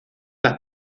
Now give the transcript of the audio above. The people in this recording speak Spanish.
las